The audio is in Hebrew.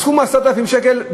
סכום של 10,000 שקל,